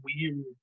weird